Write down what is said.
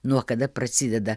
nuo kada prasideda